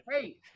Hey